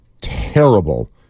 terrible